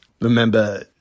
Remember